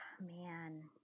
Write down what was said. Man